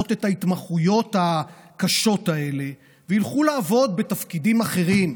את ההתמחויות הקשות האלה וילכו לעבוד בתפקידים אחרים.